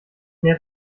mehr